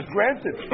Granted